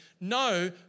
No